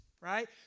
right